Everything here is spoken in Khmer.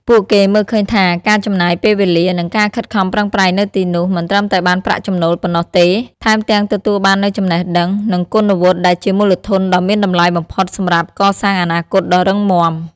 ពួកគេមើលឃើញថា ការចំណាយពេលវេលា និងការខិតខំប្រឹងប្រែងនៅទីនោះ មិនត្រឹមតែបានប្រាក់ចំណូលប៉ុណ្ណោះទេ ថែមទាំងទទួលបាននូវចំណេះដឹង និងគុណវុឌ្ឍិដែលជាមូលធនដ៏មានតម្លៃបំផុតសម្រាប់កសាងអនាគតដ៏រឹងមាំ ។